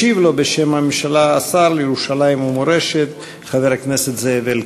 ישיב לו בשם הממשלה השר לירושלים ומורשת חבר הכנסת זאב אלקין.